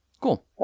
Cool